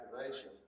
activation